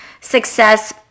success